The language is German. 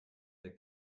der